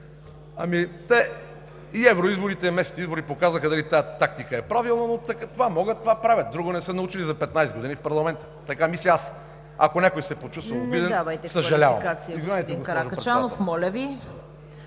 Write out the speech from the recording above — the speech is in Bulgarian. те. И евроизборите, и местните избори показаха дали тази тактика е правилна, но това могат – това правят, друго не са научили за 15 години в парламента. Така мисля аз. Ако някой се почувства обиден, съжалявам! ПРЕДСЕДАТЕЛ ЦВЕТА КАРАЯНЧЕВА: Не давайте квалификация, господин Каракачанов, моля Ви.